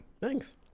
Thanks